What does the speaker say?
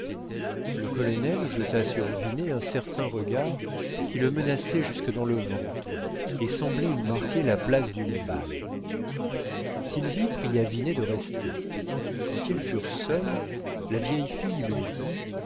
le colonel jeta sur vinet un certain regard qui le menaçait jusque dans le ventre et semblait y marquer la place d'une balle sylvie pria vinet de rester quand ils furent seuls la vieille fille lui dit